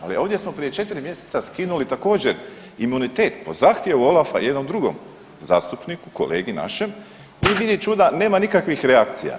Ali ovdje smo prije 4 mjeseca skinuli također imunitet po zahtjevu Olafa, jednom drugom zastupniku, kolegi našem i vidi čuda nema nikakvih reakcija.